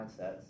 mindsets